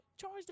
charge